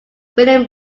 william